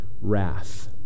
wrath